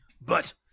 But-